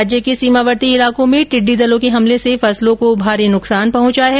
राज्य के सीमावर्ती इलाकों में टिड्डी दल के हमले से फसलों को भारी नुकसान पहुंचा है